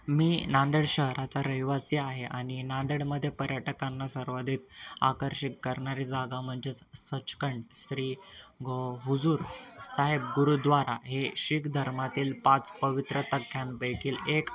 मी नांदेड शहराचा रहिवासी आहे आणि नांदेडमध्ये पर्यटकांना सर्वाधिक आकर्षित करणारी जागा म्हणजेच सचखंड श्री ग हुजूर साहेब गुरुद्वारा हे शिख धर्मातील पाच पवित्र तख्यांपैकील एक